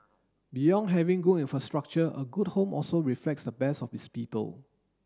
beyond having good infrastructure a good home also reflects the best of its people